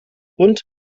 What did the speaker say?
und